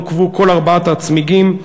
נוקבו כל ארבעת הצמיגים.